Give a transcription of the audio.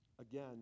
again